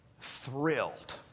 Thrilled